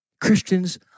Christians